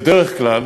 בדרך כלל